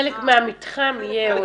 חלק מהמתחם יהיה הוסטל.